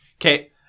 Okay